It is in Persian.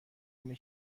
اینه